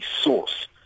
source